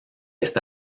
esta